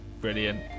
brilliant